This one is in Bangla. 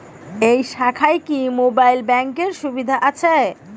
এই শাখায় কি মোবাইল ব্যাঙ্কের সুবিধা আছে?